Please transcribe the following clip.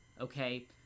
Okay